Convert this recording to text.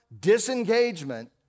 disengagement